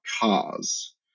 cars